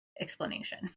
explanation